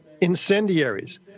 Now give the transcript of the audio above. incendiaries